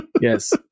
yes